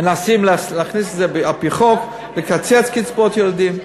מנסים להכניס את זה על-פי חוק, לקצץ קצבאות ילדים.